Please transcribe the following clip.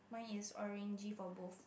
mine is orangey purple